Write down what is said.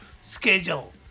Schedule